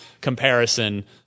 comparison